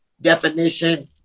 definition